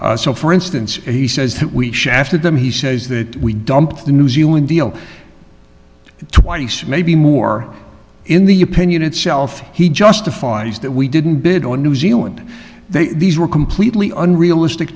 yes so for instance he says that we shafted them he says that we dumped the new zealand deal twice maybe more in the opinion itself he justifies that we didn't bid on new zealand they were completely unrealistic